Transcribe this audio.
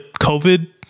COVID